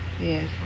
yes